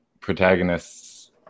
protagonists